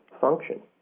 function